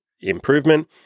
improvement